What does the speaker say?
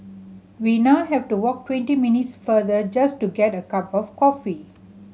we now have to walk twenty minutes farther just to get a cup of coffee